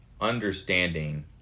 understanding